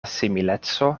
simileco